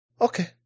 okay